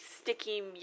sticky